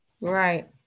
Right